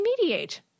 mediate